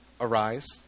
Arise